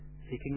seeking